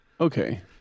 Okay